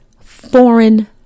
foreign